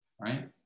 right